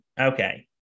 okay